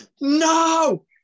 No